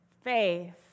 Faith